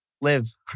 live